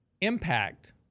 impact